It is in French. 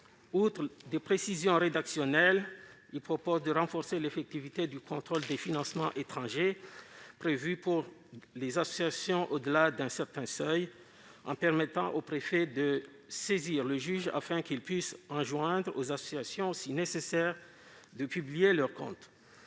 Outre des précisions rédactionnelles, il a pour objet de renforcer l'effectivité du contrôle des financements étrangers prévus pour les associations au-delà d'un certain seuil, en permettant au préfet de saisir le juge afin qu'il puisse, si nécessaire, enjoindre aux associations de publier leurs comptes.